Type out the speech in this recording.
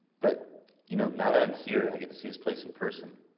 but you know now that i'm here, and i get to see his place in person.